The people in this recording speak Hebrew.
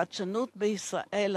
החדשנות בישראל,